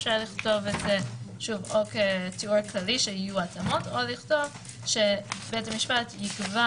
אפשר לכתוב כתיאור כללי שיהיו התאמות או לכתוב שבית המשפט יקבע